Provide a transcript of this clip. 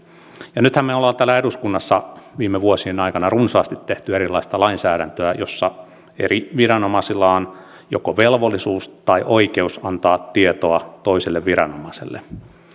nythän me olemme täällä eduskunnassa viime vuosien aikana runsaasti tehneet erilaista lainsäädäntöä jossa eri viranomaisilla on joko velvollisuus tai oikeus antaa tietoa toiselle viranomaiselle